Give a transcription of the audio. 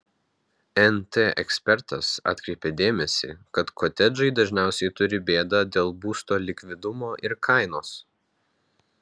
nt ekspertas atkreipė dėmesį kad kotedžai dažniausiai turi bėdą dėl būsto likvidumo ir kainos